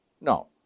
no